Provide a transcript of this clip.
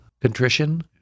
contrition